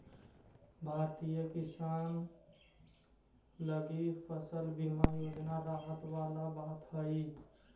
भारतीय किसान लगी फसल बीमा योजना राहत वाला बात हइ